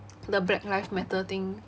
the black life matter thing